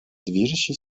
движущей